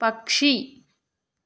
పక్షి